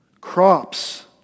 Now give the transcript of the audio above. Crops